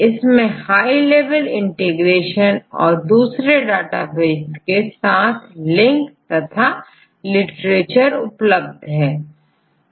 इनमें high level integration और दूसरे डेटाबेस के साथ लिंक तथा लिटरेचर उपलब्ध है